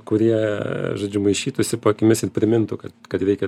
kurie žodžiu maišytųsi po akimis ir primintų kad kad reikia